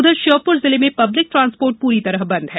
उधर श्योपुर जिले में पब्लिक ट्रांसपोर्ट पूरी तरह बंद है